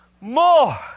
more